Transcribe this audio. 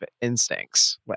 instincts